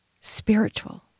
spiritual